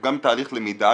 גם תהליך למידה,